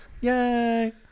Yay